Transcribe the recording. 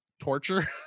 torture